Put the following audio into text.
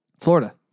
Florida